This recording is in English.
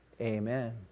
Amen